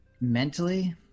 mentally